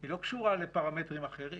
היא לא קשורה לפרמטרים אחרים.